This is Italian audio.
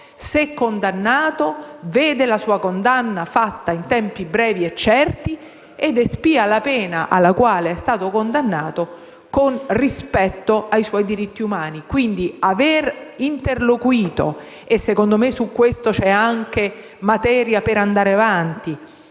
se condannato, vede la sua condanna emanata in tempi brevi e certi, e può espiare la pena alla quale è stato condannato con rispetto dei suoi diritti umani. Quindi l'aver interloquito - e secondo me su questo c'è anche materia per andare avanti